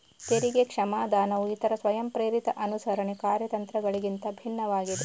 ತೆರಿಗೆ ಕ್ಷಮಾದಾನವು ಇತರ ಸ್ವಯಂಪ್ರೇರಿತ ಅನುಸರಣೆ ಕಾರ್ಯತಂತ್ರಗಳಿಗಿಂತ ಭಿನ್ನವಾಗಿದೆ